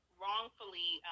wrongfully